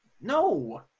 No